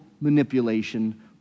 manipulation